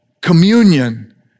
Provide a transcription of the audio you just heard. Communion